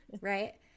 right